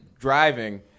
driving